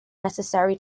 necessary